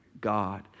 God